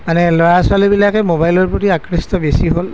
মানে ল'ৰা ছোৱালীবিলাকে মোবাইলৰ প্ৰতি আকৃষ্ট বেছি হ'ল